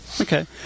okay